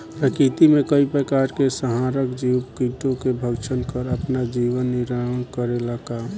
प्रकृति मे कई प्रकार के संहारक जीव कीटो के भक्षन कर आपन जीवन निरवाह करेला का?